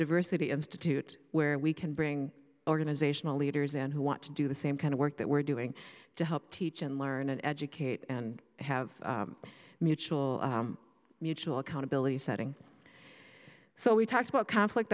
diversity institute where we can bring organizational leaders and who want to do the same kind of work that we're doing to help teach and learn and educate and have a mutual mutual accountability setting so we talked about conflict